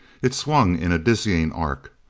it swung in a dizzying arc.